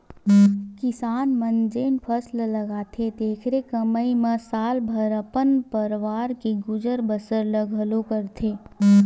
किसान मन जेन फसल लगाथे तेखरे कमई म साल भर अपन परवार के गुजर बसर ल घलोक करथे